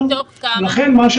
מתוך כמה?